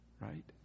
right